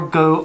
go